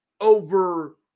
over